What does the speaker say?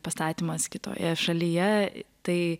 pastatymas kitoje šalyje tai